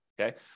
okay